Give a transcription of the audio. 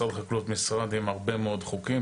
משרד החקלאות משרד עם הרבה מאוד חוקים,